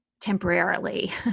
temporarily